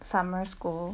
summer school